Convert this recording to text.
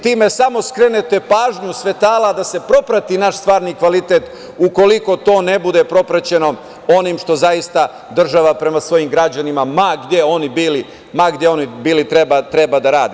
Time samo skrenete pažnju svetala da se proprati naš stvarni kvalitet, ukoliko to ne bude propraćeno onim što zaista država prema svojim građanima, ma gde oni bili, treba da radi.